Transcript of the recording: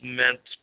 meant